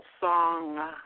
song